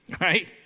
right